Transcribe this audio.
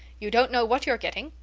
you don't know what you're getting.